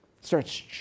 Starts